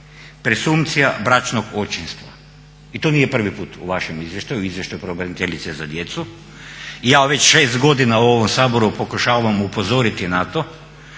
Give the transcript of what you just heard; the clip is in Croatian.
presumpcija bračnog očinstva. I to nije prvi put u vašem izvještaju, izvještaju pravobraniteljice za djecu. I ja već 6 godina u ovom Saboru pokušavam upozoriti na to